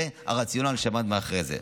זה הרציונל שעמד מאחורי זה.